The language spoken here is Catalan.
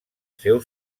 seu